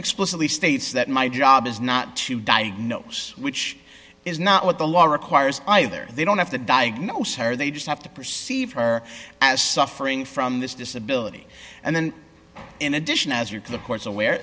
explicitly states that my job is not to diagnose which is not what the law requires either they don't have to diagnose her they just have to perceive her as suffering from this disability and then in addition as your to the courts aware